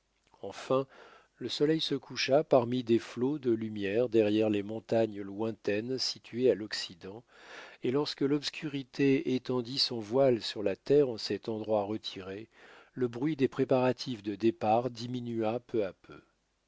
enfin le soleil se coucha parmi des flots de lumière derrière les montagnes lointaines situées à l'occident et lorsque l'obscurité étendit son voile sur la terre en cet endroit retiré le bruit des préparatifs de départ diminua peu à peu